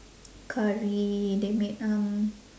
curry they made um